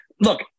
look